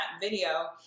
video